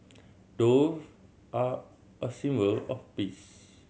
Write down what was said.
dove are a of peace